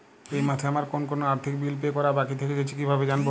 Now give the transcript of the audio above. এই মাসে আমার কোন কোন আর্থিক বিল পে করা বাকী থেকে গেছে কীভাবে জানব?